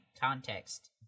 context